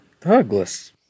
Douglas